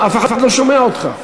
אף אחד לא שומע אותך.